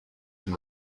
and